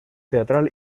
teatral